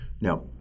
Now